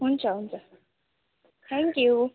हुन्छ हुन्छ thank you